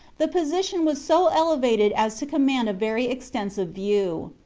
the position was so elevated as to com mand a very extensive view.